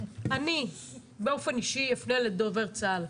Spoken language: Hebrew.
אני באופן אישי אפנה לדובר צה"ל.